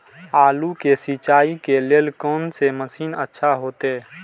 आलू के सिंचाई के लेल कोन से मशीन अच्छा होते?